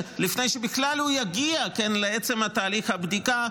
לפני שבכלל הוא יגיע לעצם תהליך הבדיקה,